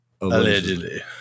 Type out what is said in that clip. allegedly